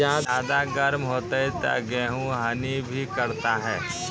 ज्यादा गर्म होते ता गेहूँ हनी भी करता है?